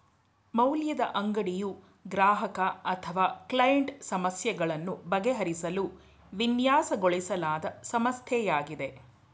ಮೌಲ್ಯದ ಅಂಗಡಿಯು ಗ್ರಾಹಕ ಅಥವಾ ಕ್ಲೈಂಟ್ ಸಮಸ್ಯೆಗಳನ್ನು ಬಗೆಹರಿಸಲು ವಿನ್ಯಾಸಗೊಳಿಸಲಾದ ಸಂಸ್ಥೆಯಾಗಿದೆ